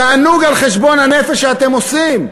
תענוג בגלל חשבון הנפש שאתם עושים.